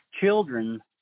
children